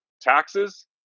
Taxes